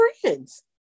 friends